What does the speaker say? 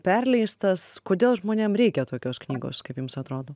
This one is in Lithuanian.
perleistas kodėl žmonėm reikia tokios knygos kaip jums atrodo